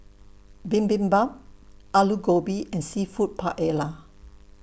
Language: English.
Bibimbap Alu Gobi and Seafood Paella